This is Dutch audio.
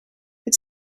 het